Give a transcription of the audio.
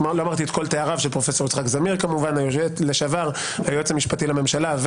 לא אמרתי את כל תאריו של פרופ' יצחק זמיר היועץ המשפטי לממשלה,